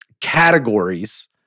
categories